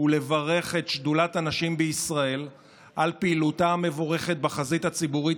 ולברך את שדולת הנשים בישראל על פעילותה המבורכת בחזית הציבורית,